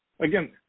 Again